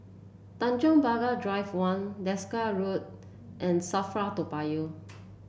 Tanjong Pagar Drive One Desker Road and Safra Toa Payoh